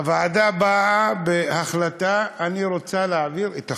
הוועדה באה בהחלטה, אני רוצה להעביר את החוק.